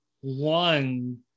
one